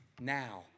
now